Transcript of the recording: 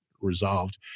resolved